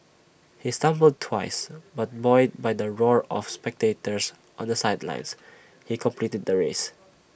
he stumbled twice but buoyed by the roar of spectators on the sidelines he completed the race